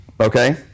okay